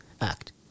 act